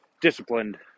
disciplined